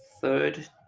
third